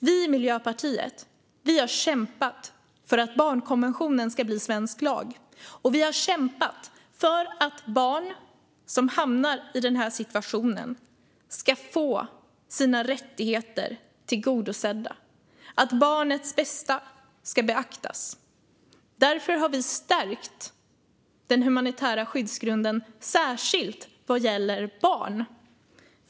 Vi i Miljöpartiet har kämpat för att barnkonventionen ska bli svensk lag och för att barn som hamnar i denna situation ska få sina rättigheter tillgodosedda - att barnets bästa ska beaktas. Därför har vi stärkt den humanitära skyddsgrunden särskilt vad gäller barn.